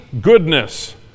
goodness